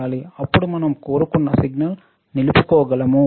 అప్పుడు మనం కోరుకున్న సిగ్నల్ను నిలుపుకోగలము